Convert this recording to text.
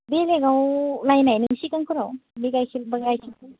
बेलेगाव लायनायमोन सिगांफोराव बे गाइखेरखौ